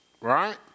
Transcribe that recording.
Right